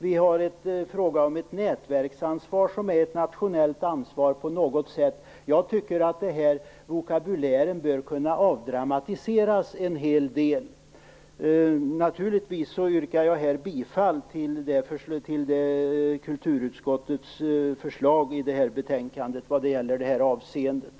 Vi har en fråga om ett nätverksansvar som på något sätt är ett nationellt ansvar. Jag tycker att den här vokabulären bör kunna avdramatiseras en hel del. Naturligtvis yrkar jag här bifall till kulturutskottets förslag i det här betänkandet vad gäller det här avseendet.